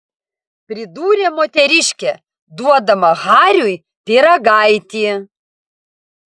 pridūrė moteriškė duodama hariui pyragaitį